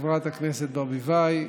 חברת הכנסת ברביבאי,